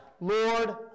Lord